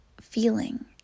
feeling